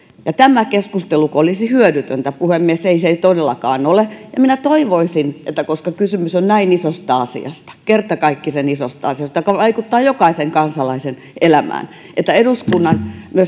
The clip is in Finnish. ja tämä keskusteluko olisi hyödytöntä puhemies ei se ei ei todellakaan ole ja minä toivoisin että koska kysymys on näin isosta asiasta kertakaikkisen isosta asiasta joka vaikuttaa jokaisen kansalainen elämään niin myös eduskunnan